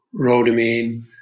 rhodamine